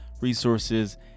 resources